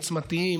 עוצמתיים,